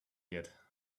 yet